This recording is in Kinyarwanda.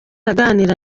aganira